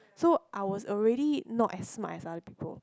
so I was already not as smart as other people